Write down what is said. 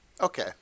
Okay